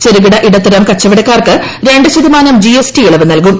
ചെറുകിട ഇടത്തരം കച്ചവടക്കാർക്ക് രണ്ട് ശതമാനം ജി എസ് ടി ഇളവ് നൽകും